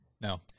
No